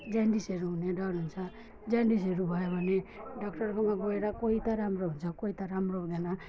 जन्डिसहरू हुने डर हुन्छ जन्डिसहरू भयो भने डाक्टरकोमा गएर कोही त राम्रो हुन्छ कोही त राम्रो हुँदैन